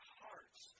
hearts